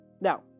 Now